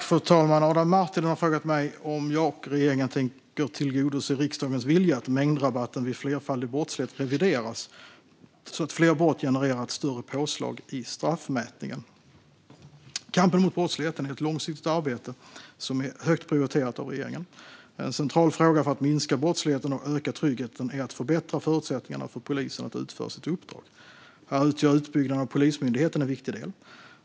Fru talman! Adam Marttinen har frågat mig om jag och regeringen tänker tillgodose riksdagens vilja att mängdrabatten vid flerfaldig brottslighet revideras så att fler brott genererar ett större påslag i straffmätningen. Kampen mot brottsligheten är ett långsiktigt arbete som är högt prioriterat av regeringen. En central fråga för att minska brottsligheten och öka tryggheten är att förbättra förutsättningarna för polisen att utföra sitt uppdrag. Här utgör utbyggnaden av Polismyndigheten en viktig del.